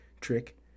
trick